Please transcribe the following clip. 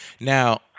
Now